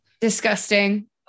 Disgusting